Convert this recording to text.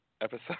episode